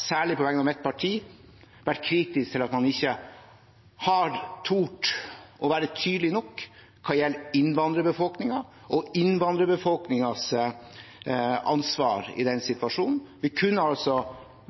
særlig på vegne av mitt parti, vært kritisk til at man ikke har turt å være tydelig nok hva gjelder innvandrerbefolkningen og innvandrerbefolkningens ansvar i denne situasjonen. Vi kunne altså